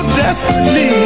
desperately